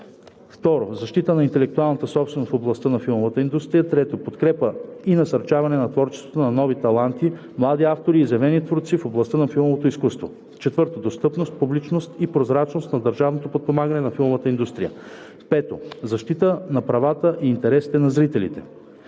2. защита на интелектуалната собственост в областта на филмовата индустрия; 3. подкрепа и насърчаване на творчеството на нови таланти, млади автори и изявени творци в областта на филмовото изкуство; 4. достъпност, публичност и прозрачност на държавното подпомагане на филмовата индустрия; 5. защита на правата и интересите на зрителите.“